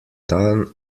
dan